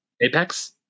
Apex